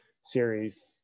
series